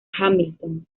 hamilton